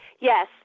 Yes